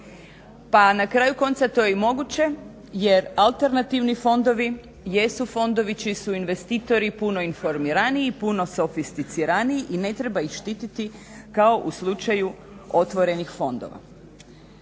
Pa na kraju konca to je i moguće jer alternativni fondovi jesu fondovi čiji su investitori puno informiraniji, puno sofisticiraniji i ne treba ih štititi kao u slučaju otvorenih fondova.